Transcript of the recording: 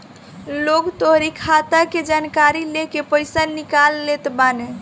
लोग तोहरी खाता के जानकारी लेके पईसा निकाल लेत बाने